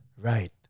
Right